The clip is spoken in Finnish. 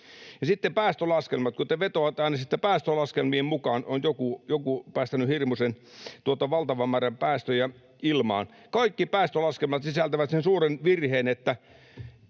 sitten päästölaskelmat: Kun te vetoatte aina siihen, että päästölaskelmien mukaan on joku päästänyt hirmuisen, valtavan määrän päästöjä ilmaan, kaikki päästölaskelmat sisältävät sen suuren virheen, että